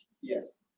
Yes